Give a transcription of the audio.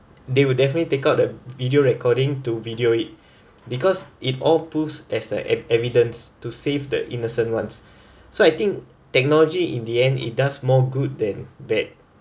they will definitely take out the video recording to video it because it all pools as the evi~ evidence to save the innocent ones so I think technology in the end it does more good than bad